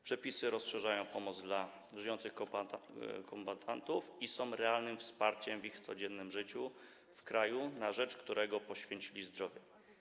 Przepisy rozszerzają pomoc dla żyjących kombatantów i są realnym wsparciem w ich codziennym życiu w kraju, na rzecz którego poświęcili zdrowie.